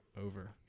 over